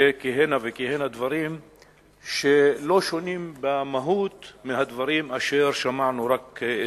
וכהנה וכהנה דברים שלא שונים במהות מהדברים אשר שמענו רק אתמול.